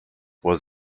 was